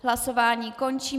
Hlasování končím.